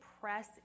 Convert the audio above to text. press